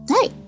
hey